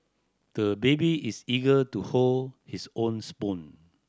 the baby is eager to hold his own spoon